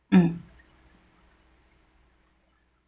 um